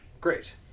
Great